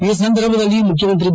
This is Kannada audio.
ಈ ಸಂದರ್ಭದಲ್ಲಿ ಮುಖ್ಯಮಂತ್ರಿ ಬಿ